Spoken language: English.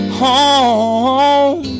home